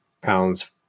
pounds